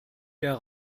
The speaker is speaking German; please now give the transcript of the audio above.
der